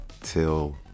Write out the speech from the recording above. till